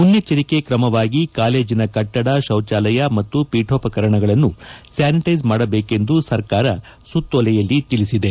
ಮುನ್ನೆಚ್ಚರಿಕೆ ಕ್ರಮವಾಗಿ ಕಾಲೇಜಿನ ಕಟ್ಟಡ ಶೌಚಾಲಯ ಮತ್ತು ಪಿಠೋಪಕರಣಗಳನ್ನು ಸ್ಯಾನಿಟೈಸ್ ಮಾಡಬೇಕೆಂದು ಸರ್ಕಾರ ಸುತ್ತೋಲೆಯಲ್ಲಿ ತಿಳಿಸಿದೆ